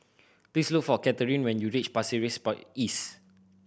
please look for Kathryne when you reach Pasir Ris By East